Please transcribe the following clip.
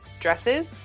dresses